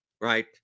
right